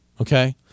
okay